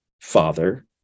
father